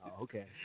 Okay